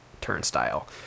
Turnstile